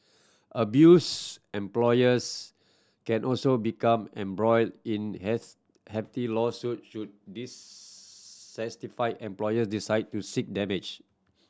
abuse employers can also become embroiled in hefty lawsuit should dissatisfied employer decide to seek damage